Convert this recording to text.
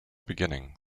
beginning